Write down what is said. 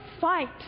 fight